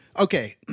Okay